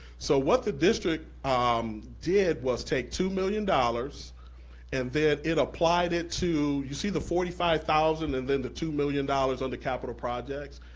so what the district um did was take two million dollars and then it applied it to, you see the forty five thousand and then the two million dollars under capital projects?